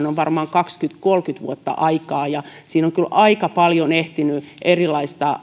on varmaan kaksikymmentä viiva kolmekymmentä vuotta aikaa siinä on kyllä aika paljon ehtinyt erilaista